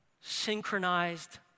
synchronized